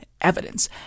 evidence